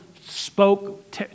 spoke